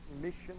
mission